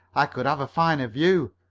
i could have a fine view.